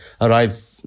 arrive